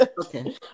okay